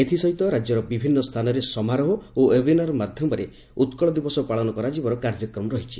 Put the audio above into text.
ଏଥିସହିତ ରାକ୍ୟର ବିଭିନ୍ନ ସ୍ଥାନରେ ସମାରୋହ ଓ ଓ୍ୱେବନାର ମାଧ୍ଧମରେ ଉକ୍କଳ ଦିବସ ପାଳନ କରାଯିବାର କାର୍ଯ୍ୟକ୍ରମ ରହିଛି